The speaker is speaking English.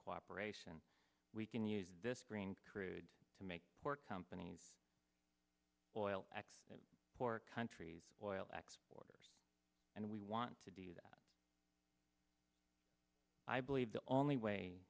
cooperation we can use this green crude to make work companies oil x poor countries oil exports and we want to do that i believe the only way